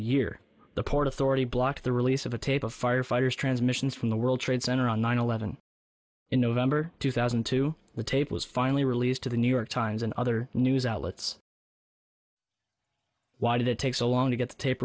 year the port authority blocked the release of the tape of firefighters transmissions from the world trade center on nine eleven in november two thousand and two the tape was finally released to the new york times and other news outlets why did it take so long to get the tape